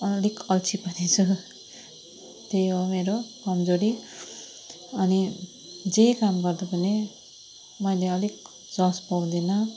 अलिक अल्छि पनि छु त्यही हो मेरो कमजोरी अनि जे काम गर्दा पनि मैले अलिक जस पाउँदिन